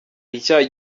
icyayi